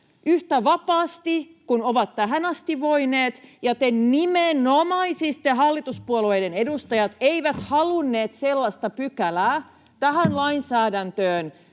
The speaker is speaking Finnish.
yhtä vapaasti kuin ovat tähän asti voineet. Nimenomaisesti hallituspuolueiden edustajat eivät halunneet sellaista pykälää tähän lainsäädäntöön,